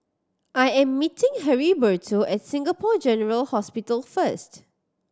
I am meeting Heriberto at Singapore General Hospital first